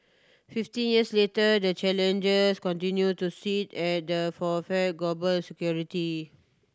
fifteen years later the challenges continue to sit at the for fear global security